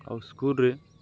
ଆଉ ସ୍କୁଲ୍ରେ